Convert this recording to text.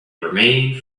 remained